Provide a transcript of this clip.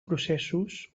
processos